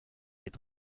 est